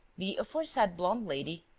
the aforesaid blonde lady,